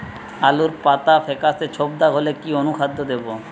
আলুর পাতা ফেকাসে ছোপদাগ হলে কি অনুখাদ্য দেবো?